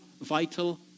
vital